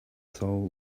soul